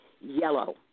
yellow